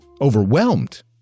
overwhelmed